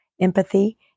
empathy